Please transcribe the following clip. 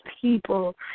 people